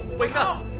wake up!